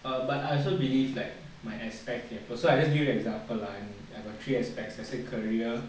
um but I also believe that like my aspect okay first so I give you an example lah I got three aspects as in career